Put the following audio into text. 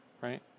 right